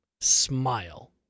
smile